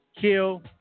Kill